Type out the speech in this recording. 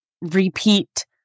repeat